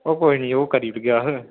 ओह् कोई निं ओह् करी ओड़गे अस